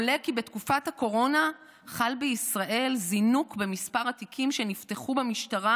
עולה כי בתקופת הקורונה חל בישראל זינוק במספר התיקים שנפתחו במשטרה.